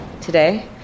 today